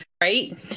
right